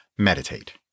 Meditate